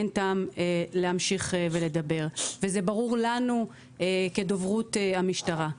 אין טעם להמשיך ולדבר וזה ברור לנו כדוברות המשטרה.